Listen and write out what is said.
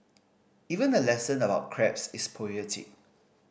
even a lesson about crabs is poetic